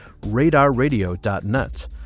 radarradio.net